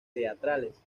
teatrales